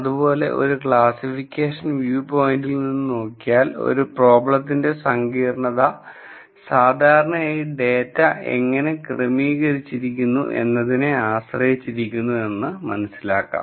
അതുപോലെ ഒരു classification view പോയിന്റിൽ നിന്ന് നോക്കിയാൽ ഒരു പ്രോബ്ളത്തിന്റെ സങ്കീർണ്ണത സാധാരണയായി ഡാറ്റ എങ്ങനെ ക്രമീകരിച്ചിരിക്കുന്നു എന്നതിനെ ആശ്രയിച്ചിരിക്കുന്നു എന്ന് മനസിലാക്കാം